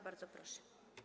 Bardzo proszę.